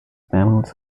mammals